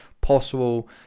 possible